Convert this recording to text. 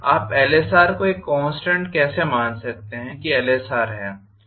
आप Lsrको एक कॉन्स्टेंट कैसे मान सकते हैं कि Lsrहै